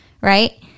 right